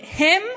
הם?